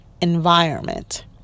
environment